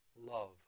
love